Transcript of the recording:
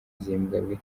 zimbabwe